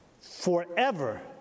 Forever